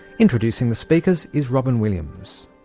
introducing the speakers is robyn williams.